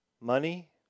money